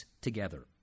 together